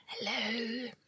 Hello